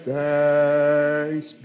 thanks